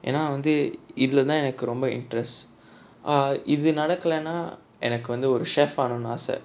ஏன்னா வந்து இதுல தான் எனக்கு ரொம்ப:yaennaa vanthu ithula thaan enakku romba interest இது நடக்கலனா எனக்கு வந்து ஒரு:ithu nadakkalanaa enakku vanthu oru chef ஆகணுனு ஆச:aaganunu aasa